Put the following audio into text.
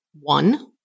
One